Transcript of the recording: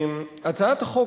תודה רבה לך,